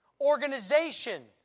organization